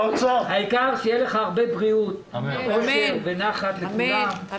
העיקר שיהיה לך הרבה בריאות, אושר ונחת לכולם.